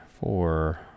four